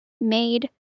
made